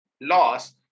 loss